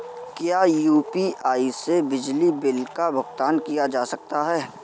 क्या यू.पी.आई से बिजली बिल का भुगतान किया जा सकता है?